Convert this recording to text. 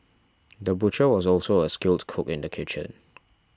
the butcher was also a skilled cook in the kitchen